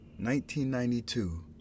1992